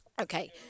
Okay